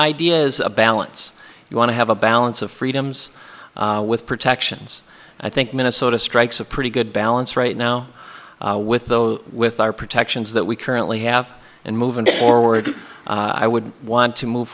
idea is a balance if you want to have a balance of freedoms with protections i think minnesota strikes a pretty good balance right now with those with our protections that we currently have and moving forward i would want to move